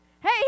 hey